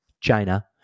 China